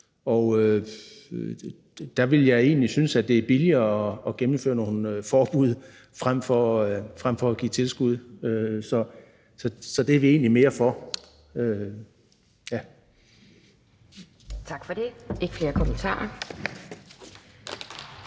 Der ville jeg egentlig synes, at det er billigere at gennemføre nogle forbud frem for at give tilskud. Så det er vi egentlig mere for. Kl. 12:22 Anden næstformand